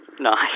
Nice